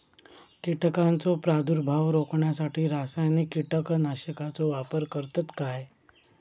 कीटकांचो प्रादुर्भाव रोखण्यासाठी रासायनिक कीटकनाशकाचो वापर करतत काय?